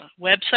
website